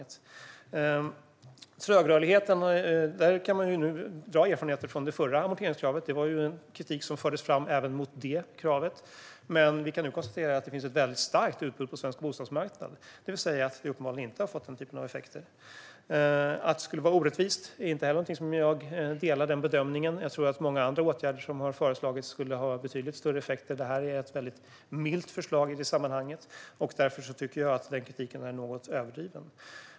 När det gäller trögrörligheten kan man nu dra erfarenheter från det förra amorteringskravet. Den här kritiken fördes fram även då. Vi kan nu konstatera att det finns ett väldigt starkt utbud på svensk bostadsmarknad. Vi har uppenbarligen inte fått sådana effekter. Jag delar heller inte bedömningen att det här skulle vara orättvist. Jag tror att många andra åtgärder som har föreslagits skulle ha fått betydligt större effekter. Det här är ett väldigt milt förslag i sammanhanget, och därför tycker jag att kritiken är något överdriven.